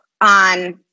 on